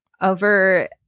over